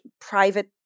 private